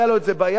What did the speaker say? היה לו את זה ביד,